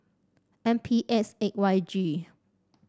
M P S eight Y G